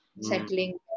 settling